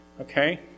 Okay